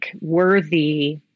worthy